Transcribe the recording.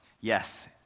Yes